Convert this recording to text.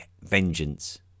vengeance